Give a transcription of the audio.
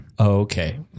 Okay